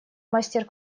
мастер